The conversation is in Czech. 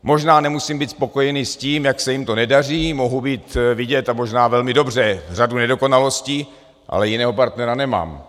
Možná nemusím být spokojený s tím, jak se jim to nedaří, mohu vidět a možná velmi dobře řadu nedokonalostí, ale jiného partnera nemám.